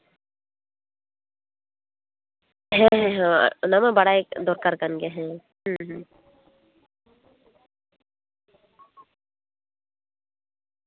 ᱦᱮᱸ ᱦᱮᱸ ᱚᱱᱟᱢᱟ ᱵᱟᱲᱟᱭ ᱫᱚᱨᱠᱟᱨ ᱠᱟᱱ ᱜᱮᱭᱟ ᱦᱮᱸ ᱦᱩᱸ